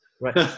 Right